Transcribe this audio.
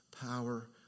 power